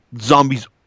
Zombies